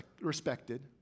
respected